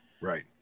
Right